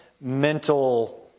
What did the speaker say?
mental